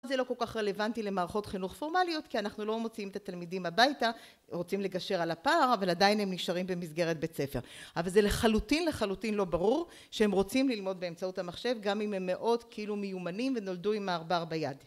זה לא כל כך רלוונטי למערכות חינוך פורמליות, כי אנחנו לא מוציאים את התלמידים הביתה, רוצים לגשר על הפער, אבל עדיין הם נשארים במסגרת בית ספר. אבל זה לחלוטין לחלוטין לא ברור שהם רוצים ללמוד באמצעות המחשב, גם אם הם מאוד כאילו מיומנים ונולדו עם העכבר ביד.